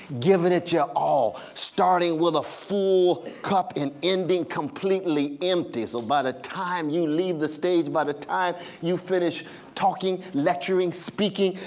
giving it your all, starting with a full cup and ending completely empty. so by the time you leave the stage, by the time you finish talking, lecturing, speaking,